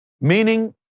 meaning